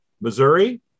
Missouri